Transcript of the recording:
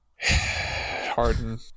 Harden